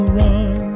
run